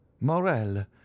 morel